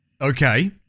Okay